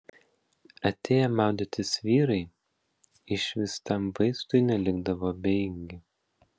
atėję maudytis vyrai išvystam vaizdui nelikdavo abejingi